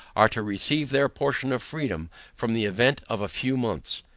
are to receive their portion of freedom from the event of a few months.